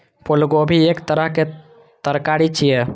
फूलगोभी एक तरहक तरकारी छियै